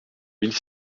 mille